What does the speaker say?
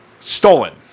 stolen